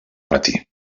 pati